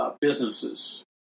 businesses